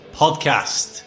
podcast